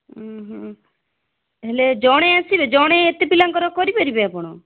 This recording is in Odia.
ଉଁ ହୁଁ ହେଲେ ଜଣେ ଆସିବେ ଜଣେ ଏତେ ପିଲାଙ୍କର କରିପାରିବେ ଆପଣ